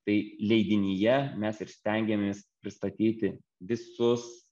tai leidinyje mes ir stengiamės pristatyti visus